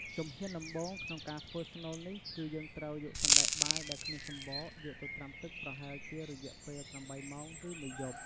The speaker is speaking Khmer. ជំហានដំបូងក្នុងការធ្វើស្នូលនេះ គឺយើងត្រូវ យកសណ្ដែកបាយដែលគ្មានសំបក យកទៅត្រាំទឹកប្រហែលជារយៈពេល ៨ ម៉ោង ឬមួយយប់។